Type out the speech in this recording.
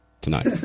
tonight